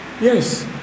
Yes